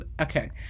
okay